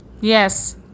yes